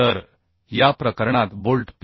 तर या प्रकरणात बोल्ट पी